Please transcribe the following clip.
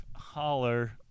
Holler